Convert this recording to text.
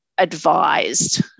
advised